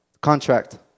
Contract